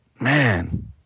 man